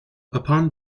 upon